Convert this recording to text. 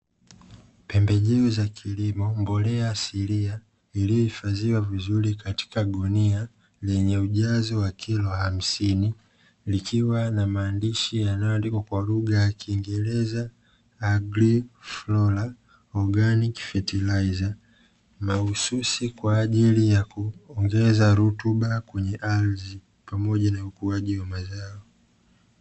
Pembejeo za kilimo, mbolea asilia iliyohifadhiwa vizuri katika gunia lenye ujazo wa kilo hamsini, likiwa na maandishi yanayoandikwa kwa lugha ya kiingereza "AgriFlora Organic Fertilizer", mahususi kwa ajili ya kuongeza rutuba kwenye ardhi pamoja na ukuaji wa mazao.